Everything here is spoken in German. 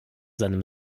seinem